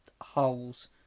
Holes